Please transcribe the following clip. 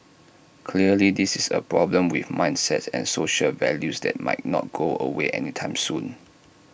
clearly this is A problem with mindsets and social values that might not go away anytime soon